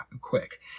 quick